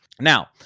Now